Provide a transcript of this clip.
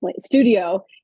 studio